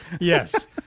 Yes